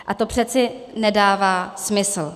A to je přece nedává smysl.